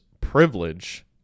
privilege